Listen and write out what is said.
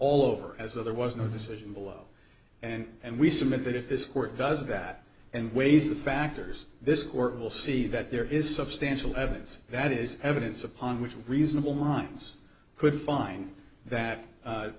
all over as though there was no decision below and we submit that if this court does that and weighs the factors this court will see that there is substantial evidence that is evidence upon which reasonable minds could find that